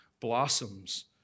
Blossoms